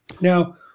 Now